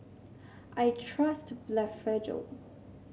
I trust Blephagel